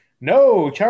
No